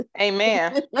Amen